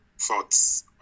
thoughts